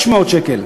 600 שקל.